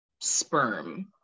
sperm